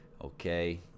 Okay